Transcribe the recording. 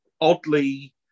oddly